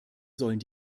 sollen